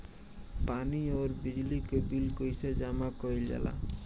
पानी और बिजली के बिल कइसे जमा कइल जाला?